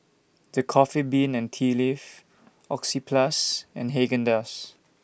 The Coffee Bean and Tea Leaf Oxyplus and Haagen Dazs